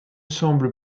semble